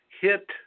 hit